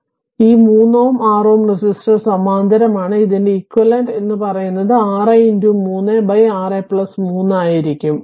അതിനാൽ ഈ 3 Ω 6 Ω റെസിസ്റ്റർ സമാന്തരമാണ് ഇതിന്റെ ഇക്വിവാലെന്റ എന്ന് പറയുന്നത് 6 3 6 3 ആയിരിക്കും